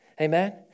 Amen